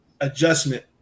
adjustment